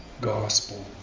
gospel